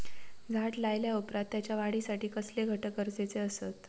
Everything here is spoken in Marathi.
झाड लायल्या ओप्रात त्याच्या वाढीसाठी कसले घटक गरजेचे असत?